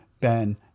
Ben